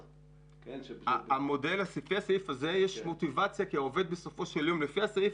לפי הסעיף הזה יש מוטיבציה כי לפי הסעיף